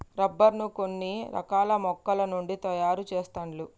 rubber ను కొన్ని రకాల మొక్కల నుండి తాయారు చెస్తాండ్లు